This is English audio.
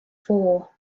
four